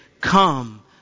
come